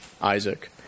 Isaac